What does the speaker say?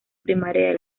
primaria